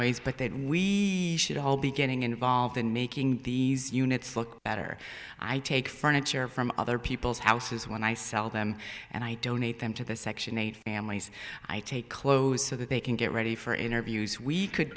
but then we should all be getting involved in making these units look better i take furniture from other people's houses when i sell them and i donate them to the section eight families i take close so that they can get ready for interviews we could